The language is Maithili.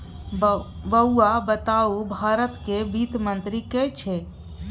बौआ बताउ भारतक वित्त मंत्री के छै?